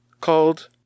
called